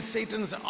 Satan's